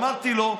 אמרתי לו: